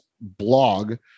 blog